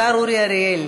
השר אורי אריאל,